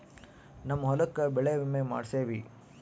ನಮ್ ಹೊಲಕ ಬೆಳೆ ವಿಮೆ ಮಾಡ್ಸೇವಿ